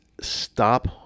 stop